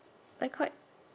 I quite